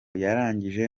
yarangije